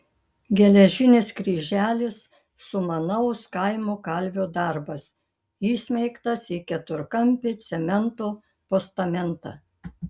geležinis kryželis sumanaus kaimo kalvio darbas įsmeigtas į keturkampį cemento postamentą